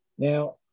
Now